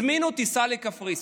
הם הזמינו טיסה לקפריסין.